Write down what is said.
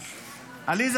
עליזה,